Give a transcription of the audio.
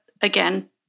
again